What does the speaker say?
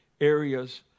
areas